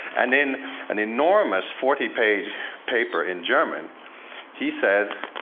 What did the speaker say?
and in an enormous forty page paper in german he says,